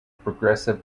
progressive